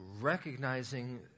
recognizing